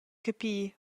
capir